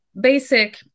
basic